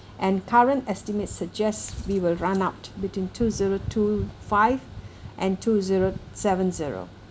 and current estimates suggest we will run out between two zero two five and two zero seven zero